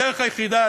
הדרך היחידה,